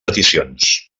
peticions